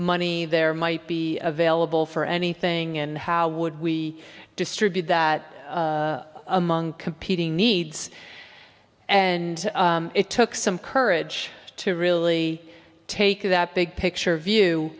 money there might be available for anything and how would we distribute that among competing needs and it took some courage to really take that big picture view